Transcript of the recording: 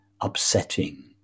upsetting